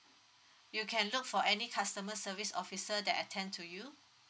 you can look for any customer service officer that attend to you